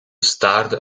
staarde